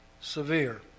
severe